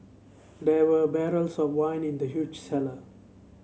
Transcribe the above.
there were barrels of wine in the huge cellar